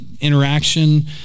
interaction